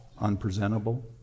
unpresentable